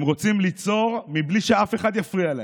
הם רוצים ליצור מבלי שאף אחד יפריע להם,